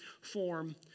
form